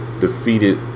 defeated